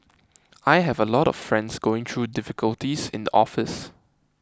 I have a lot of friends going through difficulties in the office